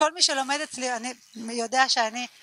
כל מי שלומד אצלי, אני, יודע שאני...